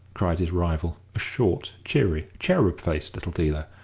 cried his rival, a short, cheery, cherub-faced little dealer,